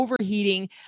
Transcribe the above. overheating